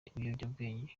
ibiyobyabwenge